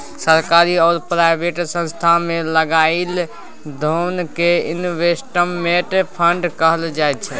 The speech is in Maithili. सरकारी आ प्राइवेट संस्थान मे लगाएल धोन कें इनवेस्टमेंट फंड कहल जाय छइ